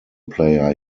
player